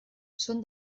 són